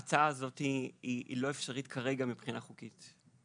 ההצעה הזאת היא לא אפשרית כרגע מבחינה חוקית.